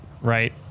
right